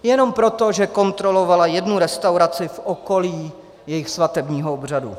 Jenom proto, že kontrolovala jednu restauraci v okolí jejich svatebního obřadu.